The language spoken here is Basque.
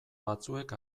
batzuek